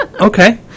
Okay